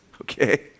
okay